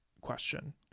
question